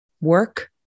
work